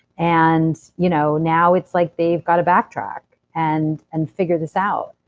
and you know now it's like they've gotta back track and and figure this out.